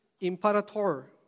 Imperator